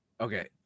Okay